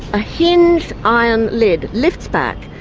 a hinged iron lid lifts back,